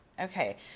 Okay